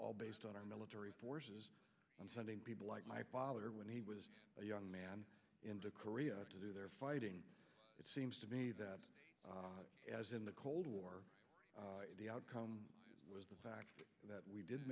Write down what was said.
all based on our military forces on sending people like my father when he was a young man into korea to do their fighting it seems to me that as in the cold war the outcome was the fact that we did